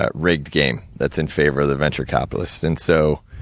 ah rigged game, that's in favor of the venture capitalists. and so,